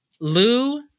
Lou